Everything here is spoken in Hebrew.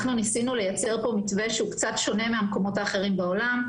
אנחנו ניסינו לייצר פה מתווה שהוא קצת שונה מהמקומות האחרים בעולם.